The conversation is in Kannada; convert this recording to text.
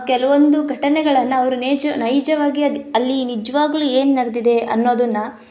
ಕೆಲವೊಂದು ಘಟನೆಗಳನ್ನ ಅವರು ನೆಜ್ ನೈಜವಾಗಿ ಅದು ಅಲ್ಲಿ ನಿಜವಾಗ್ಲು ಏನು ನಡೆದಿದೆ ಅನ್ನೋದನ್ನ